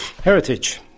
heritage